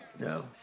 No